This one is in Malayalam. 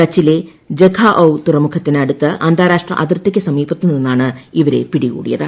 കച്ചിലെ ജഖാഊ തുറമുഖത്തിന് അടുത്ത് അന്താരാഷ്ട്ര അതിർത്തിക്ക് സമീപത്തു നിന്നാണ് ഇവരെ പിടികൂടിയത്